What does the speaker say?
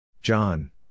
John